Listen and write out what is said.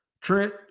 Trent